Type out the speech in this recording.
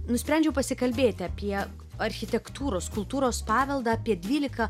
nusprendžiau pasikalbėti apie architektūros kultūros paveldą apie dvylika